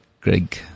Greg